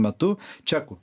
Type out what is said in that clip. metu čekų